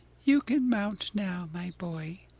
you can mount now, my boy,